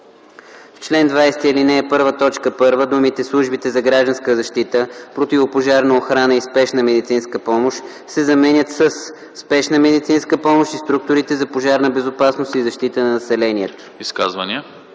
в чл. 20, ал. 1, т. 1 думите „службите за гражданска защита, противопожарна охрана и спешна медицинска помощ” се заменят със „спешна медицинска помощ и структурите за пожарна безопасност и защита на населението”.”